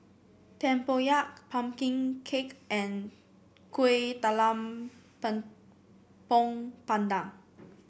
tempoyak pumpkin cake and Kueh Talam pandan